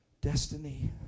destiny